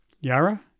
Yara